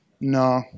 No